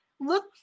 look